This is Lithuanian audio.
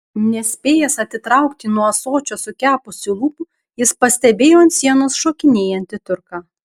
nespėjęs atitraukti nuo ąsočio sukepusių lūpų jis pastebėjo ant sienos šokinėjantį turką